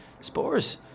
Spurs